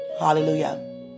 Hallelujah